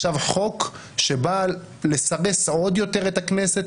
חוק שבא לסרס עוד יותר את הכנסת,